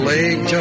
Lake